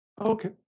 Okay